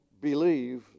believe